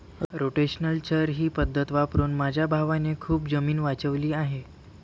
rotational चर ही पद्धत वापरून माझ्या भावाने खूप जमीन वाचवली आहे